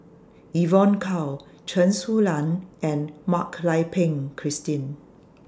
Evon Kow Chen Su Lan and Mak Lai Peng Christine